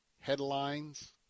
headlines